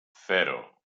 cero